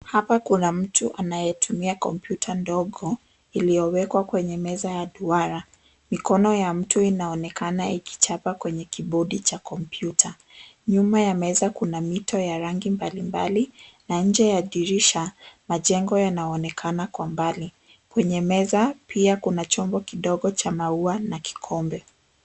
Hapa kuna mtu anayetumia komputa ndogo iliyowekwa kwenye meza ya duara. Mikono ya mtu inaonekana ikichapa kwenye kibodi cha komputa. Nyuma ya meza kuna mito ya rangi mbali mbali, na nje ya dirisha majengo yanaonekana kwa mbali. Kwenye meza pia kuna chombo kidogo cha maua na kikombe.